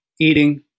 eating